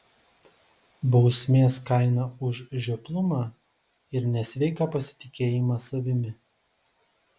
bausmės kaina už žioplumą ir nesveiką pasitikėjimą savimi